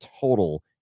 total